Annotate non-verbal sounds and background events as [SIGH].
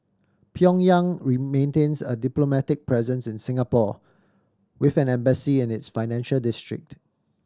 Pyongyang [UNINTELLIGIBLE] maintains a diplomatic presence in Singapore with an embassy in its financial district